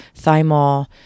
thymol